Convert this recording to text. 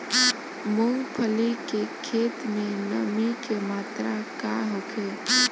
मूँगफली के खेत में नमी के मात्रा का होखे?